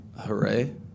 Hooray